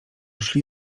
szli